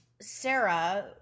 sarah